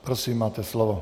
Prosím, máte slovo.